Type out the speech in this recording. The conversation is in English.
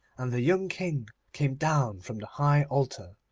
and the young king came down from the high altar,